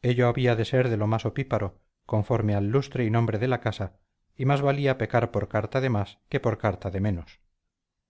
ello había de ser de lo más opíparo conforme al lustre y nombre de la casa y más valía pecar por carta de más que por carta de menos